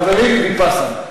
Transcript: חברים, ויפאסנה.